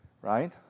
Right